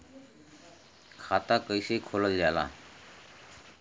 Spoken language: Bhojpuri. खाता कैसे खोलल जाला?